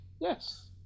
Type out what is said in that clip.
yes